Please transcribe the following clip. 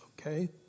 okay